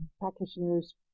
practitioners